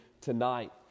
tonight